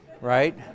right